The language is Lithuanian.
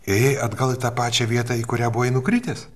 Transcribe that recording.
ėjai atgal į tą pačią vietą į kurią buvai nukritęs